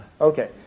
Okay